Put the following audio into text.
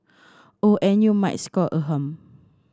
oh and you might score a hum